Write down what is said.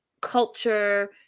culture